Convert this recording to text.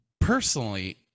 personally